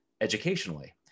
educationally